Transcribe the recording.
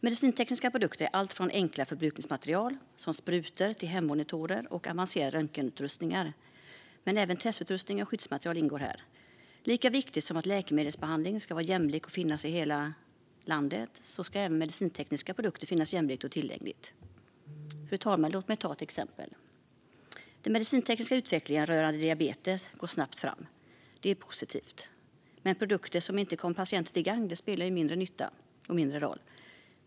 Medicintekniska produkter är allt från enkelt förbrukningsmaterial, som sprutor, till hemmonitorer och avancerade röntgenutrustningar, men även testutrustning och skyddsmaterial ingår. Lika viktigt som att läkemedelsbehandling ska vara jämlikt tillgänglig och finnas i hela landet är att medicintekniska produkter finns tillgängliga på ett jämlikt sätt. Fru talman! Låt mig ta ett exempel. Den medicintekniska utvecklingen rörande diabetes går snabbt framåt - det är positivt. Men produkter som inte kommer patienter till gagn gör mindre nytta och spelar mindre roll.